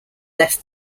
left